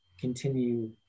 continue